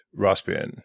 Raspbian